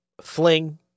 fling